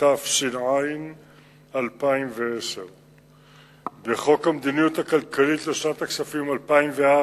התש"ע 2010. בחוק המדיניות הכלכלית לשנת הכספים 2004